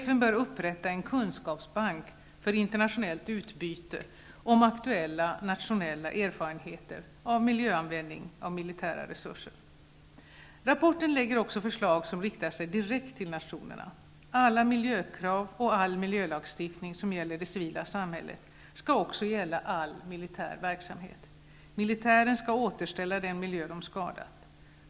FN bör upprätta en kunskapsbank för internationellt utbyte av aktuella nationella erfarenheter av miljöanvändning av militära resurser. I rapporten läggs också fram förslag som riktar sig direkt till nationerna. Alla miljökrav och all miljölagstiftning som gäller det civila samhället skall också gälla all militär verksamhet. Militären skall återställa den miljö som den har skadat.